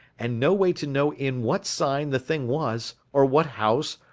and no way to know in what sign the thing was, or what house,